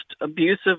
abusive